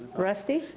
rusty.